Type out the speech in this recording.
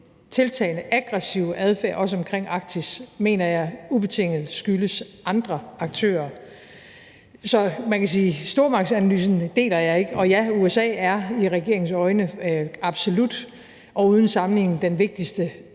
tiltagende aggressive adfærd, også omkring Arktis, mener jeg ubetinget skyldes andre aktører. Så man kan sige, at jeg ikke deler stormagtsanalysen. Og, ja, USA er i regeringens øjne absolut og uden sammenligning den vigtigste